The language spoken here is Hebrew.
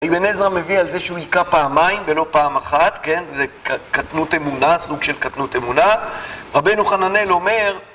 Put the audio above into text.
אבן עזרא מביא על זה שהוא היכה פעמיים ולא פעם אחת, כן, זו קטנות אמונה, סוג של קטנות אמונה. רבנו חננאל אומר